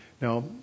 Now